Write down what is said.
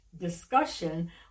discussion